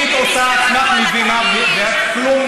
וואיי, תמיד עושה את עצמך מבינה, ואת כלומניק.